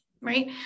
right